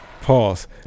Pause